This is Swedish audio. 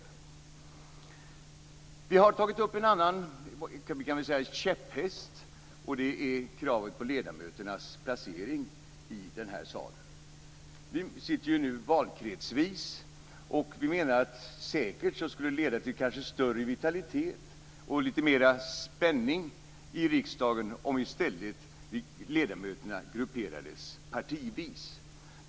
Vi moderater har också tagit upp en annan käpphäst, nämligen kravet på ledamöternas placering i den här salen. Vi ledamöter sitter ju nu valkretsvis. Vi menar att det säkert skulle leda till större vitalitet och litet mer spänning i riksdagen om ledamöterna i stället grupperades partivis.